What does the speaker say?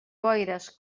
boires